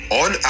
on